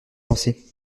pensé